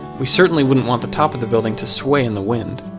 we certainly wouldn't want the top of the building to sway in the wind.